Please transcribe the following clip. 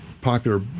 popular